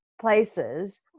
places